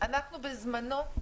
בזמנו,